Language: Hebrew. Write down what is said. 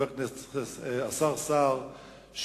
השר סער,